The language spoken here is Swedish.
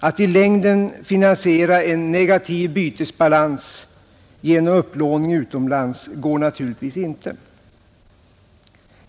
Att i längden finansiera en negativ bytesbalans genom upplåning utomlands går naturligtvis inte.